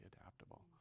adaptable